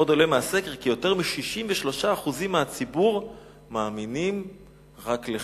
עוד עולה מהסקר כי יותר מ-63% מהציבור מאמינים רק לחלק.